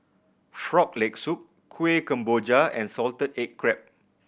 Frog Leg Soup Kuih Kemboja and salted egg crab